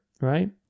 right